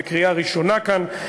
בקריאה ראשונה כאן,